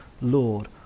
Lord